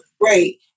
Great